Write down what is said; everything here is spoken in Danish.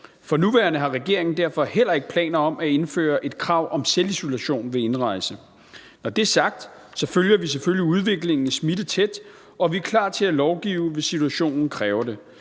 For nuværende har regeringen derfor heller ikke planer om at indføre et krav om selvisolation ved indrejse. Når det er sagt, følger vi selvfølgelig udviklingen i smitte tæt, og vi er klar til at lovgive, hvis situationen kræver det.